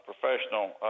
professional